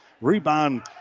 Rebound